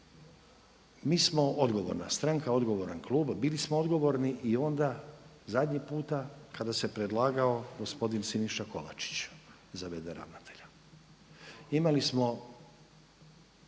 Mi smo odgovorna stranka, odgovoran klub, bili smo odgovorni i onda zadnji puta kada se predlagao gospodin Siniša Kovačić za v.d. ravnatelja. Imali smo